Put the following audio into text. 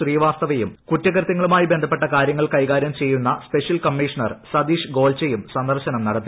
ശ്രീവാസ്തവയും കുറ്റകൃത്യങ്ങളുമായി ബന്ധപ്പെട്ട കാര്യങ്ങൾ കൈകാര്യം ചെയ്യുന്ന സ്പെഷ്യൽ കമ്മീഷണർ സതീഷ് ഗോൽചയും സന്ദർശനം നടത്തി